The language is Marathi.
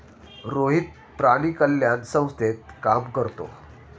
रोहित प्राणी कल्याण संस्थेत काम करतो